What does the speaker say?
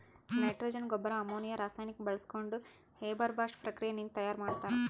nitrogen ಗೊಬ್ಬರ್ ammonia ರಾಸಾಯನಿಕ್ ಬಾಳ್ಸ್ಕೊಂಡ್ ಹೇಬರ್ ಬಾಷ್ ಪ್ರಕ್ರಿಯೆ ನಿಂದ್ ತಯಾರ್ ಮಾಡ್ತರ್